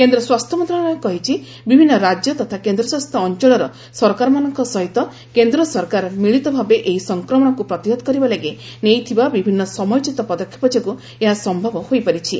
କେନ୍ଦ୍ର ସ୍ୱାସ୍ଥ୍ୟ ମନ୍ତ୍ରଣାଳୟ କହିଛି ବିଭିନ୍ନ ରାଜ୍ୟ ତଥା କେନ୍ଦ୍ରଶାସିତ ଅଞ୍ଚଳର ସରକାରମାନଙ୍କ ସହିତ କେନ୍ଦ୍ର ସରକାର ମିଳିତ ଭାବେ ଏହି ସଂକ୍ରମଣକୁ ପ୍ରତିହତ କରିବା ଲାଗି ନେଇଥିବା ବିଭିନ୍ନ ସମୟୋଚ୍ଚିତ ପଦକ୍ଷେପ ଯୋଗୁଁ ଏହା ସମ୍ଭବ ହୋଇପାରିଛି